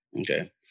Okay